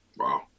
Wow